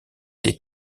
des